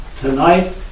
tonight